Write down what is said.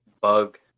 bug